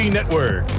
Network